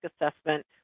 assessment